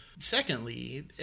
Secondly